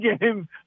game